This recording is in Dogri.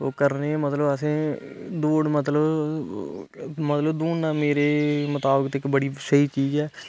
ओह् करने मतलब आसे दौड़ मतलब मतलब दौड़ना मेरे मुताविक इक बड़ी स्हेई चीज ऐ